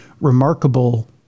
remarkable